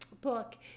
book